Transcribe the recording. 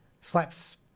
slaps